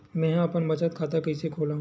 मेंहा अपन बचत खाता कइसे खोलव?